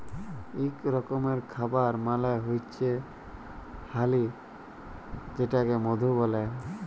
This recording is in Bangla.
ইক রকমের খাবার মালে হচ্যে হালি যেটাকে মধু ব্যলে